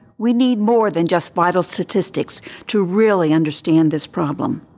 we need more than just vital statistics to really understand this problem.